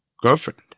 girlfriend